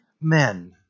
men